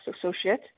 associate